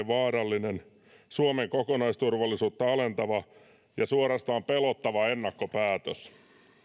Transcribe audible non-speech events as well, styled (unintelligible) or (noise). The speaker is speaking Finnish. (unintelligible) vaarallinen suomen kokonaisturvallisuutta alentava ja suorastaan pelottava ennakkopäätös